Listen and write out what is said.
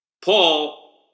Paul